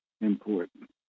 important